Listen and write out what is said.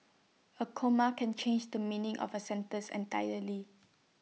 A comma can change the meaning of A sentence entirely